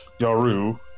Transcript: Yaru